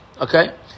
Okay